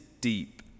deep